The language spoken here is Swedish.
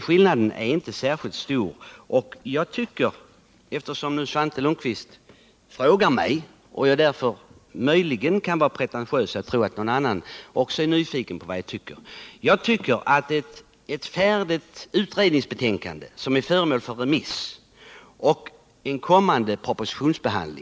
Skillnaden är inte särskilt stor. Eftersom Svante Lundkvist frågar mig och jag är pretentiös nog att tro att möjligen också någon annan kan vara nyfiken på vad jag tycker, vill jag alltså ha sagt detta: Utredningsbetänkandet är nu föremål för remissbehandling och skall sedan propositionsbehandlas.